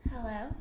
Hello